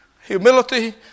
humility